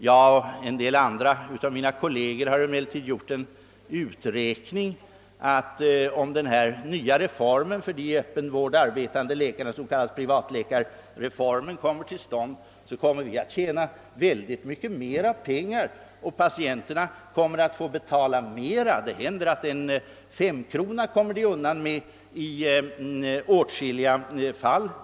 Men några av mina kolleger har gjort en uträkning som visar att om den avsedda reformen genomföres för de i öppen vård arbetande s.k. privatläkarna så kommer dessa att tjäna ännu mer pengar, och patienterna får betala mera. Det händer nämligen att patienterna nu kommer undan med 5 kronor i åtskilliga fall.